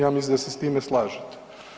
Ja mislim da se s time slažete.